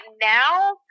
now